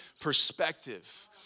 perspective